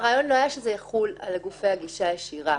הרעיון לא היה שזה יחול על גופי הגישה הישירה,